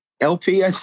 LP